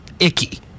Icky